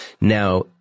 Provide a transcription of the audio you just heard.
Now